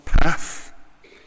path